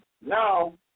now